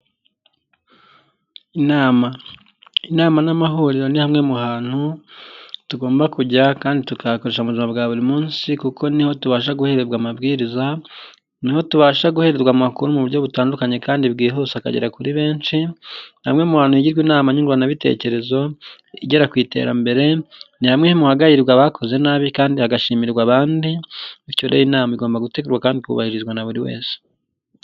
Inama, inama n'amahuriro ni hamwe hamwe mu hantu tugomba kujya kandi tukahakoresha mu buzima bwa buri munsi kuko niho tubasha guhererwa amabwiriza, niho tubasha guherwa amakuru mu buryo butandukanye kandi bwihuse akagera kuri benshi, ni hamwe mu hantu higirwa inama nyunguranabitekerezo igera ku iterambere, ni hamwe muhagarirwa abakoze nabi kandi hagashimirwa abandi bityo inama igomba gutegurwa kandi ikubahirizwa na buri wese.